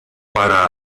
para